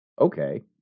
Okay